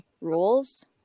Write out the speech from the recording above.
rules